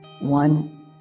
One